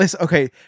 okay